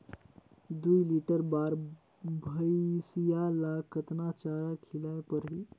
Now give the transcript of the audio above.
दुई लीटर बार भइंसिया ला कतना चारा खिलाय परही?